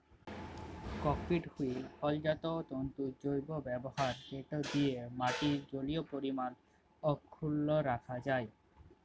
cocopeat হ্যইল ফলজাত তল্তুর জৈব ব্যাভার যেট দিঁয়ে মাটির জলীয় পরিমাল অখ্খুল্ল রাখা যায়